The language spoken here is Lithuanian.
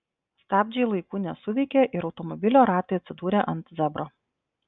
stabdžiai laiku nesuveikė ir automobilio ratai atsidūrė ant zebro